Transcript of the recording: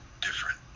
different